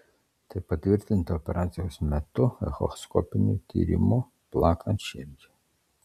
tai patvirtinta operacijos metu echoskopiniu tyrimu plakant širdžiai